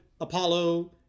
Apollo